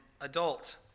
adult